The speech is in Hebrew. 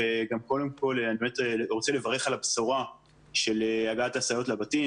קודם כל אני רוצה לברך על הבשורה של הגעת הסייעות לבתים.